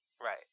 Right